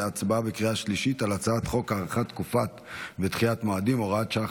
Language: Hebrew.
להצבעה בקריאה שלישית על הארכת תקופות מועדים (הוראת שעה,